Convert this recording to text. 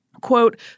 Quote